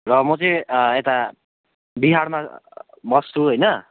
र म चाहिँ यता बिहारमा बस्छु होइन